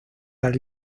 las